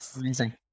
Amazing